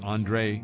Andre